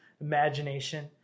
imagination